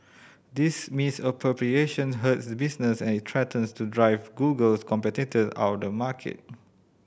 this misappropriation hurts business and it threatens to drive Google's competitor out the market